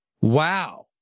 Wow